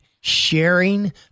sharing